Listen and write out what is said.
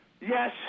Yes